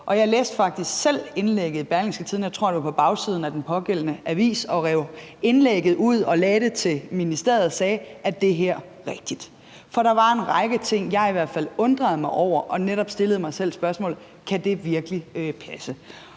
Jeg læste faktisk selv indlægget i Berlingske – jeg tror, det stod på bagsiden af den pågældende avis – og jeg rev indlægget ud og gav det til ministeriet og sagde: Er det her rigtigt? For der var en række ting, jeg i hvert fald undrede mig over, og netop derfor stillede jeg mig selv spørgsmålet: Kan det virkelig passe?